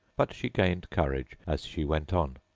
but she gained courage as she went on.